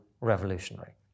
revolutionary